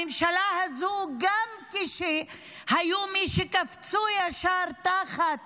הממשלה הזאת, גם כשהיו מי שקפצו ישר תחת